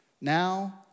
now